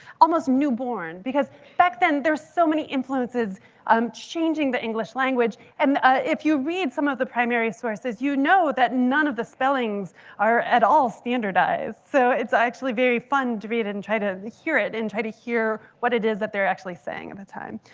almost newborn. because back then, there's so many influences um changing the english language. and if you read some of the primary sources, you know that none of the spellings are at all standardized. so it's actually very fun to read it and try to hear it and try to hear what it is that they're actually saying at the time.